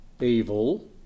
evil